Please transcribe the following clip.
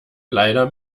leider